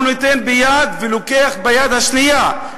הוא נותן ביד אחת ולוקח ביד השנייה,